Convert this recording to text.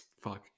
Fuck